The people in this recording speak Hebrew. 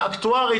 אקטוארית,